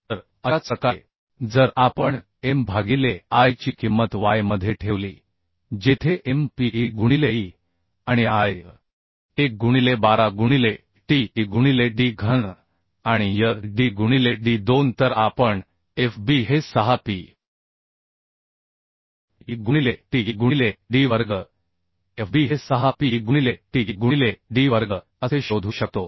तर अशाच प्रकारे जर आपण MI ची किंमत y मध्ये ठेवली जेथे M P E गुणिले E आणि I 1 गुणिले 12 गुणिले T E गुणिले D घन आणि y D गुणिले D 2 तर आपण F B हे 6 P E गुणिले T E गुणिले D वर्ग F B हे 6 P E गुणिले T E गुणिले D वर्ग असे शोधू शकतो